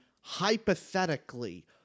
hypothetically